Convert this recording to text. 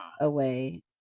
away